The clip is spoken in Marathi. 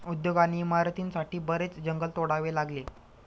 उद्योग आणि इमारतींसाठी बरेच जंगल तोडावे लागले